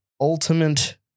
Ultimate